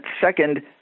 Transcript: second